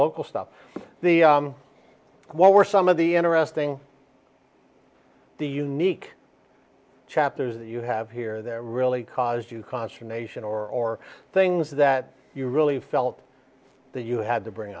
local stuff the what were some of the interesting the unique chapters that you have here there really caused you consternation or things that you really felt that you had to bring